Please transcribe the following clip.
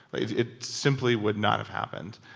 it simply would not have happened,